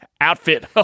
outfit